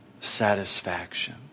satisfaction